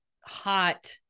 hot